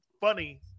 funny